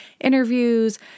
interviews